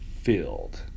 filled